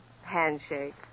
handshake